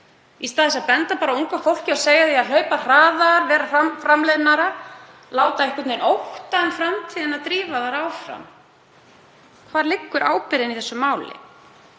í stað þess að benda á unga fólkið og segja því að hlaupa hraðar, vera með meiri framleiðni, láta einhvern veginn ótta um framtíðina drífa það áfram. Hvar liggur ábyrgðin í þessu máli?